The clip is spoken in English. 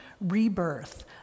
rebirth